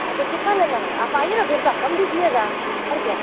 आपको कितना लेना है आप आइए ना दो रुपया कम दीजिएगा और क्या